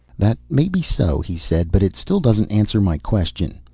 that may be so, he said, but it still doesn't answer my question.